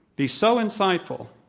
be so insightful,